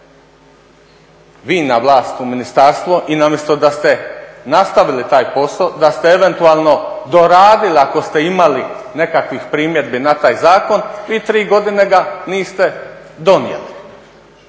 vi na vlast u ministarstvo i umjesto da ste nastavili taj posao, da ste eventualno doradili ako ste imali nekakvih primjedbi na taj zakon vi tri godine ga niste donijeli.